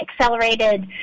accelerated